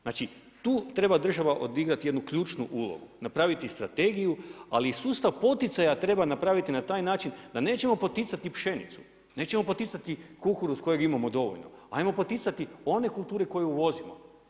Znači tu treba država odigrati jednu ključnu ulogu, napraviti strategiju ali i sustav poticaja treba napraviti na taj način da nećemo poticati pšenicu, nećemo poticati kukuruz kojeg imamo dovoljno, ajmo poticati one kulture koje uvozimo.